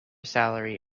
salary